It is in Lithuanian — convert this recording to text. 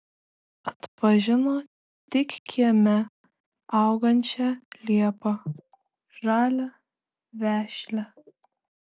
atpažino tik kieme augančią liepą žalią vešlią